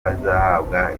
bazahabwa